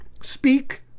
speak